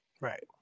Right